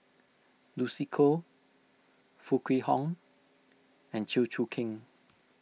Lucy Koh Foo Kwee Horng and Chew Choo Keng